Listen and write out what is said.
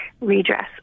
redress